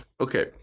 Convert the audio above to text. Okay